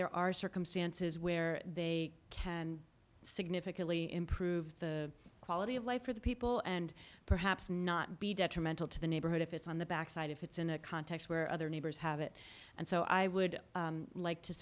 there are circumstances where they can significantly improve the quality of life for the people and perhaps not be detrimental to the neighborhood if it's on the backside if it's in a context where other neighbors have it and so i would like to